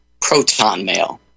protonmail